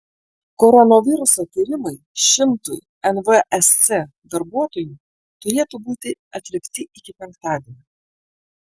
koronaviruso tyrimai šimtui nvsc darbuotojų turėtų būti atlikti iki penktadienio